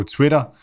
Twitter